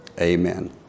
amen